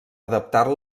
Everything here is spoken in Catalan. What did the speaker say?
adaptar